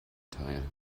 teil